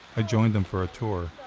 i joined them for a tour.